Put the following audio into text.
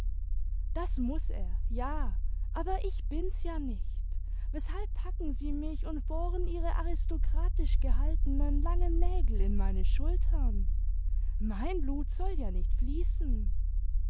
das muß er ja aber ich bin's ja nicht weßhalb packen sie mich und bohren ihre aristokratisch gehaltenen langen nägel in meine schultern mein blut soll ja nicht fließen